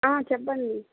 చెప్పండి